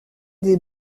des